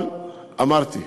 אבל אמרתי,